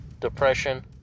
depression